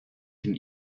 can